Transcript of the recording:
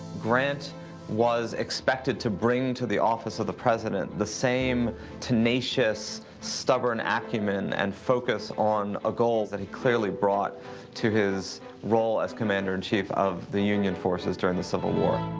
grant was expected to bring to the office of the president the same tenacious, stubborn acumen and focus on ah goals that he clearly brought to his role as commander-in-chief of the union forces during the civil war.